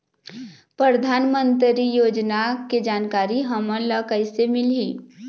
परधानमंतरी योजना के जानकारी हमन ल कइसे मिलही?